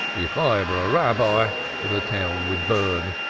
if i were a rabbi the town would burn.